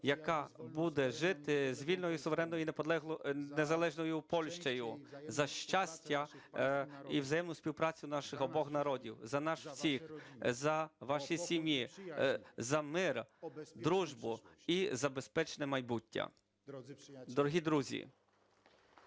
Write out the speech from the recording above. яка буде жити з вільною, суверенною, незалежною Польщею, за щастя і взаємну співпрацю наших обох народів, за нас всіх, за ваші сім'ї, за мир, дружбу і забезпечення майбуття. (Оплески) Дорогі друзі,